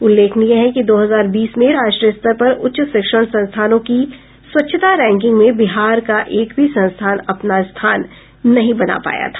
उल्लेखनीय है कि दो हजार बीस में राष्ट्रीय स्तर पर उच्च शिक्षण संस्थानों की स्वच्छता रैंकिंग में बिहार का एक भी संस्थान अपना स्थान नहीं बना पाया था